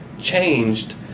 changed